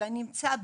אלא נמצא בביתו,